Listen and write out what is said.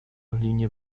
linie